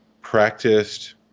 practiced